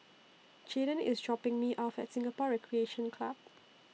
Jadyn IS dropping Me off At Singapore Recreation Club